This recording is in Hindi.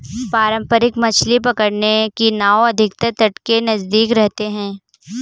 पारंपरिक मछली पकड़ने की नाव अधिकतर तट के नजदीक रहते हैं